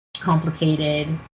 complicated